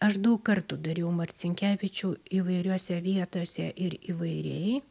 aš daug kartų dariau marcinkevičių įvairiose vietose ir įvairiai